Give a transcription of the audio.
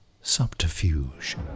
subterfuge